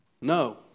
No